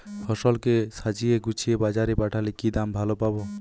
ফসল কে সাজিয়ে গুছিয়ে বাজারে পাঠালে কি দাম ভালো পাব?